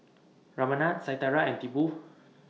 Ramnath Satyendra and Tipu